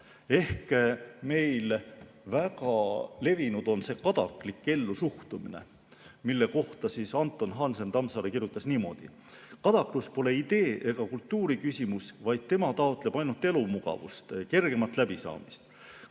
tahe. Meil on väga levinud kadaklik ellusuhtumine, mille kohta Anton Hansen-Tammsaare kirjutas niimoodi: "Kadaklus pole idee ega kultuuriküsimus, vaid tema taotleb ainult elumugavust, kergemat läbisaamist.